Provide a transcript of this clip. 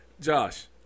Josh